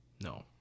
No